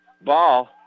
Ball